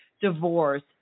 divorce